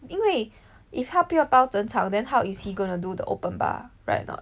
因为 if 他不要包整场 then how is he going to do the open bar right a not